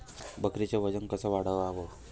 बकरीचं वजन कस वाढवाव?